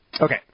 Okay